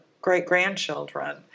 great-grandchildren